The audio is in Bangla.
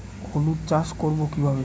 হলুদ চাষ করব কিভাবে?